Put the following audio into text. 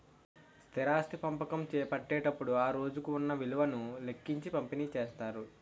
స్థిరాస్తి పంపకం చేపట్టేటప్పుడు ఆ రోజుకు ఉన్న విలువను లెక్కించి పంపిణీ చేస్తారు